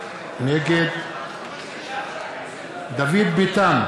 נגד דוד ביטן,